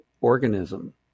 organism